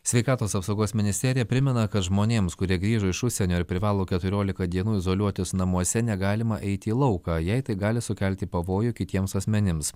sveikatos apsaugos ministerija primena kad žmonėms kurie grįžo iš užsienio ir privalo keturiolika dienų izoliuotis namuose negalima eiti į lauką jei tai gali sukelti pavojų kitiems asmenims